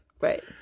Right